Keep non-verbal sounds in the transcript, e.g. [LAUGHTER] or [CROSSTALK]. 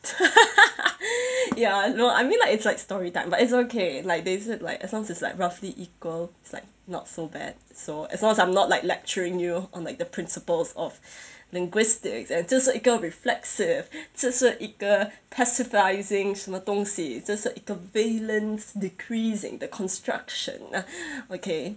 [LAUGHS] ya no I mean like it's like story time but it's okay like they said like as long as it's like roughly equal it's like not so bad so as long as I'm not like lecturing you on like the principles of linguistics and 这是一个 reflexive 这是一个 pacifying 什么东西这是一个 valence decreasing 的 construction okay